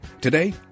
Today